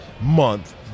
month